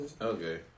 Okay